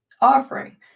offering